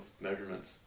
measurements